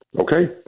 Okay